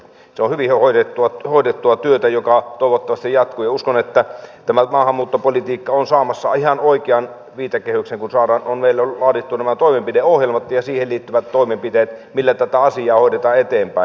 se on hyvin hoidettua työtä joka toivottavasti jatkuu ja uskon että tämä maahanmuuttopolitiikka on saamassa ihan oikean viitekehyksen kun on meillä laadittu nämä toimenpideohjelmat ja niihin liittyvät toimenpiteet millä tätä asiaa hoidetaan eteenpäin